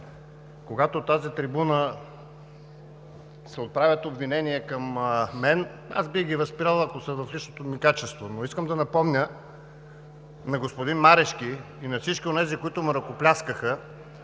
когато от тази трибуна се отправят обвинения към мен, аз бих ги възприел, ако са в личното ми качество. Но искам да напомня на господин Марешки и на всички онези, които му ръкопляскаха,